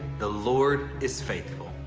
the lord is faithful.